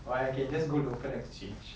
or I can just go local exchange